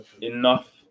enough